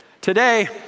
Today